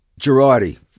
Girardi